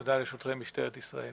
התודה לשוטרי משטרת ישראל.